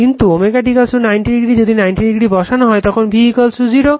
কিন্তু যখন ω t 90° যদি 90° বসানো যায় তখন V 0